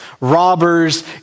robbers